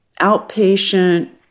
outpatient